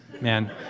man